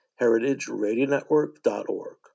heritageradionetwork.org